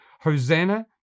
Hosanna